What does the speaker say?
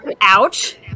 ouch